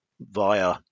via